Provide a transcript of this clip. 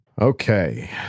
Okay